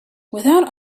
without